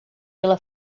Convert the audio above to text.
pela